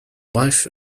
wife